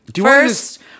First